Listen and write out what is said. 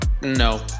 No